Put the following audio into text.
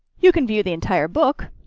you can view the entire book